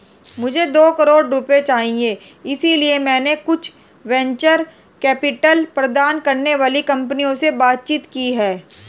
मुझे दो करोड़ रुपए चाहिए इसलिए मैंने कुछ वेंचर कैपिटल प्रदान करने वाली कंपनियों से बातचीत की है